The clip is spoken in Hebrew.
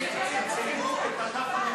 את הדף המקורי,